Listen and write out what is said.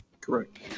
Correct